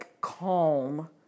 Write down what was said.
calm